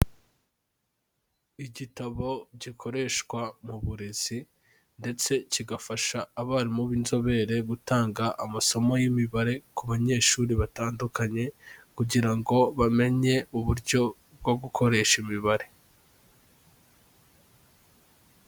Igitabo gikoreshwa mu burezi ndetse kigafasha abarimu b'inzobere gutanga amasomo y'imibare ku banyeshuri batandukanye kugira ngo bamenye uburyo bwo gukoresha imibare.